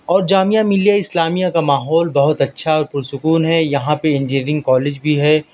اور جامعہ ملیہ اسلامیہ کا ماحول بہت اچھا اور پرسکون ہے یہاں پہ انجینئرینگ کالج بھی ہے